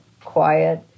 quiet